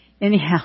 anyhow